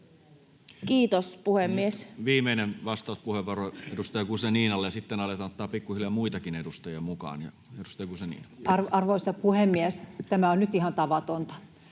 Kiitos, puhemies. Nyt viimeinen vastauspuheenvuoro edustaja Guzeninalle, ja sitten aletaan ottaa pikkuhiljaa muitakin edustajia mukaan. — Edustaja Guzenina. Arvoisa puhemies! Tämä on nyt ihan tavatonta.